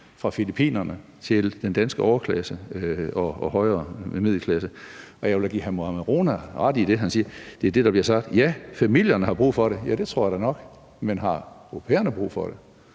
fra Filippinerne til den danske overklasse og højere middelklasse. Og jeg vil da give hr. Mohammad Rona ret i det, han siger, og det er det, der bliver sagt: Ja, familierne har brug for det. Ja, det tror jeg da nok. Men har au pairerne brug for det?